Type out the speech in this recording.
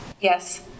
Yes